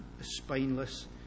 spineless